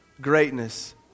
greatness